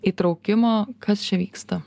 įtraukimo kas čia vyksta